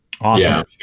Awesome